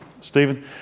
Stephen